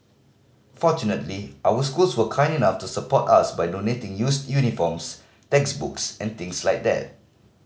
fortunately our schools were kind enough to support us by donating used uniforms textbooks and things like that